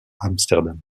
amsterdam